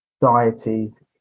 deities